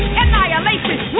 annihilation